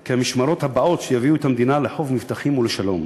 כי המשמרות הבאות יביאו את המדינה לחוף מבטחים ולשלום,